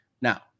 Now